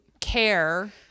care